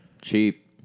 cheap